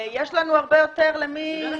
יש לנו הרבה יותר למי...